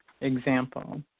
example